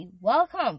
Welcome